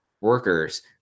workers